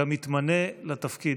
גם יתמנה לתפקיד.